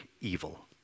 evil